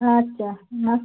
আচ্ছা রাখলাম